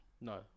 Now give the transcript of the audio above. No